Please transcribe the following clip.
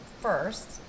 first